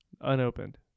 Unopened